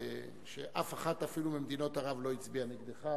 כשאפילו אחת ממדינות ערב לא הצביעה נגדך,